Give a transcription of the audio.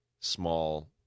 small